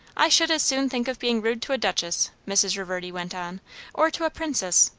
i should as soon think of being rude to a duchess, mrs. reverdy went on or to a princess.